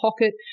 pocket